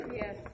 Yes